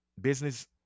business